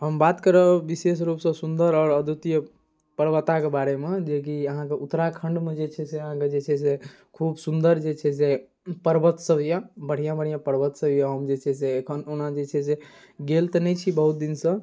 हम बात करब विशेष रूपसँ सुन्दर आओर अद्वितीय पर्वतके बारेमे जेकि उत्तराखण्डमे जे छै से अहाँके जे छै से खूब सुन्दर जे छै से पर्वतसब अइ बढ़िआँ बढ़िआँ पर्वतसब अइ जे छै से ओना एखन जे छै गेल तऽ नहि छी बहुत दिनसँ